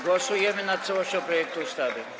Głosujemy nad całością projektu ustawy.